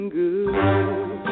good